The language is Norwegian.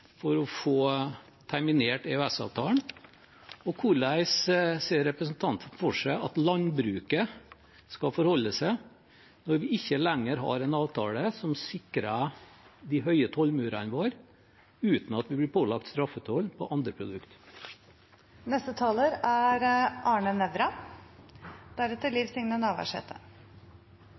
for å få terminert EØS-avtalen? Og hvordan ser representanten for seg at landbruket skal forholde seg når vi ikke lenger har en avtale som sikrer de høye tollmurene våre, uten at vi blir pålagt straffetoll på andre